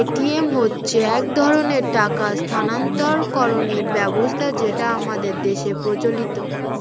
Paytm হচ্ছে এক ধরনের টাকা স্থানান্তরকরণের ব্যবস্থা যেটা আমাদের দেশের প্রচলিত